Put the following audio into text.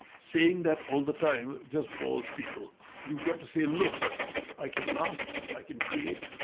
saying that all the time just bores people. you've got to say look i can laugh, i can create,